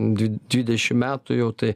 dvi dvidešim metų jau tai